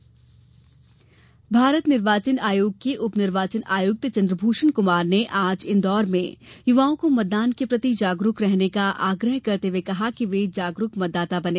उप निर्वाचन आयुक्त भारत निर्वाचन आयोग के उप निर्वाचन आयुक्त चन्द्रभूषण कुमार ने आज इंदौर में युवाओं को मतदान के प्रति जागरूक रहने का आग्रह करते हए कहा कि वे जागरूक मतदाता बने